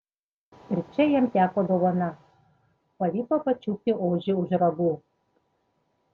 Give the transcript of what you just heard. ir čia jam teko dovana pavyko pačiupti ožį už ragų